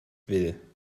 will